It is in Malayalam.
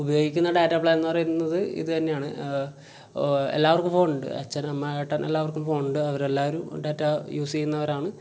ഉപയോഗിക്കുന്ന ഡാറ്റ പ്ലാൻ എന്ന് പറയുന്നത് ഇത് തന്നെയാണ് എല്ലാവർക്കും ഫോൺ ഉണ്ട് അച്ഛൻ അമ്മ ഏട്ടൻ എല്ലാവർക്കും ഫോണുണ്ട് അവരെല്ലാവരും ഡാറ്റ യൂസ് ചെയ്യുന്നവരാണ്